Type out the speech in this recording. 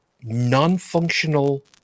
non-functional